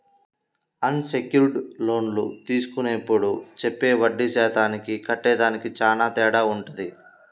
అన్ secured లోన్లు తీసుకునేప్పుడు చెప్పే వడ్డీ శాతానికి కట్టేదానికి చానా తేడా వుంటది